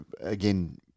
again